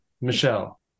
Michelle